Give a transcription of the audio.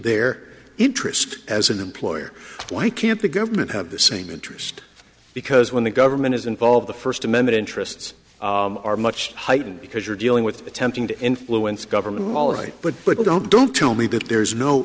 their interest as an employer why can't the government have the same interest because when the government is involved the first amendment interests are much heightened because you're dealing with attempting to influence government all right but but don't don't tell me that there is no